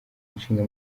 ishinga